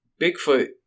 Bigfoot